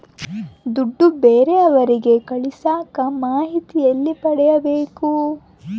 ದುಡ್ಡು ಬೇರೆಯವರಿಗೆ ಕಳಸಾಕ ಮಾಹಿತಿ ಎಲ್ಲಿ ಪಡೆಯಬೇಕು?